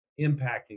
impacting